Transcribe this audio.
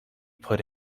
put